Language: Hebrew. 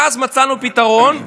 ואז מצאנו פתרון,